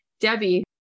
Debbie